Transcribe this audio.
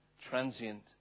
transient